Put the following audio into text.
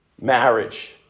marriage